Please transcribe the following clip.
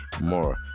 more